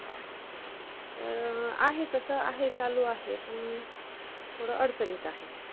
हा तर आहे तसं आहे चालू आहे पण थोडं अडचणीत आहे